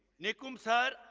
nikum sir,